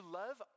love